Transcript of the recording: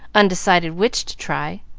undecided which to try.